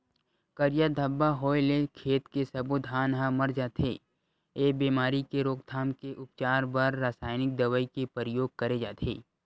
करिया धब्बा होय ले खेत के सब्बो धान ह मर जथे, ए बेमारी के रोकथाम के उपचार बर रसाइनिक दवई के परियोग करे जाथे